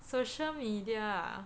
social media ah